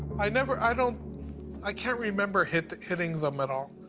i never i don't i can't remember hitting hitting them at all.